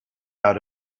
out